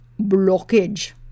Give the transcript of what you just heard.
blockage